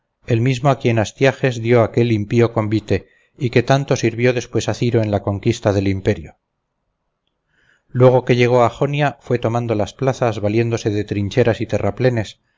el mismo a quien astiages dio aquel impío convite y que tanto sirvió después a ciro en la conquista del imperio luego que llegó a la jonia fue tomando las plazas valiéndose de trincheras y terraplenes